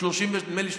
נדמה לי,